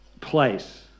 place